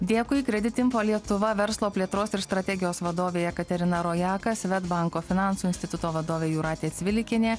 dėkui kredit info lietuva verslo plėtros ir strategijos vadovė jekaterina rojaka svedbanko finansų instituto vadovė jūratė cvilikienė